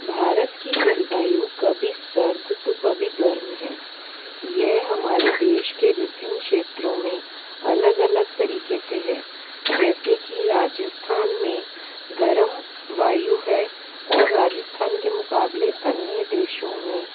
भारत की जल वायु कभी सर्द तो कभी गर्म है यह हमारे देश के विभिन्न क्षेत्रों में अलग अलग तरीक़े से है जैसे कि रजस्थान में गर्म वायु है और रजस्थान के मुक़ाबले अन्य देशों में